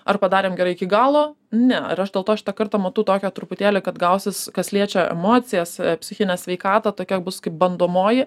ar padarėm gerai iki galo ne ir aš dėl to šitą kartą matau tokią truputėlį kad gausis kas liečia emocijas psichinė sveikata tokia bus kaip bandomoji